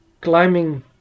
climbing